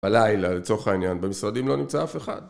בלילה לצורך העניין במשרדים לא נמצא אף אחד